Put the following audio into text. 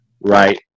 right